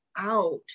out